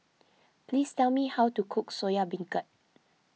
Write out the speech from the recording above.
please tell me how to cook Soya Bancurd